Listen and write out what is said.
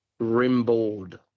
Rimboard